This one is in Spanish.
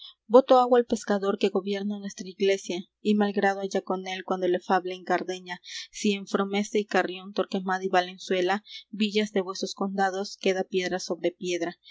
voto hago al pescador que gobierna nuestra iglesia y mal grado haya con él cuando le fable en cardeña si en fromesta y carrión torquemada y valenzuela villas de vuesos condados queda piedra sobre piedra